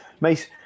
Mace